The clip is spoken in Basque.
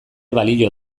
balio